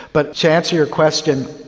but to answer your question,